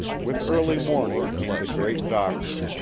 with early morning came the great doctor,